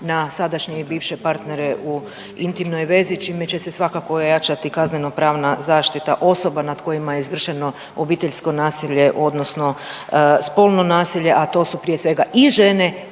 na sadašnje i bivše partnere u intimnoj vezi čime će se svakako ojačati kaznenopravna zaštita osoba nad kojima je izvršeno obiteljsko nasilje odnosno spolno nasilje, a to su prije svega i žene